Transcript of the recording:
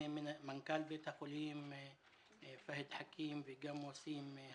- מנכ"ל בית החולים הסקוטי פהיד חכים וגם הגזבר.